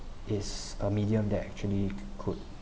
is a medium that actually could